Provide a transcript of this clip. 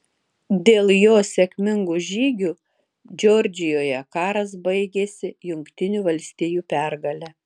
dėl jo sėkmingų žygių džordžijoje karas baigėsi jungtinių valstijų pergale